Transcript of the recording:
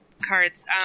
cards